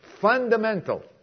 fundamental